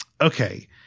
Okay